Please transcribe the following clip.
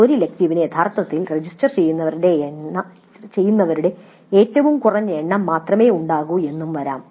ഒരു ഇലക്ടീവിന് യഥാർത്ഥത്തിൽ രജിസ്റ്റർ ചെയ്യുന്നവരുടെ ഏറ്റവും കുറഞ്ഞ എണ്ണം മാത്രമേ ഉണ്ടാകൂ എന്നും വരാം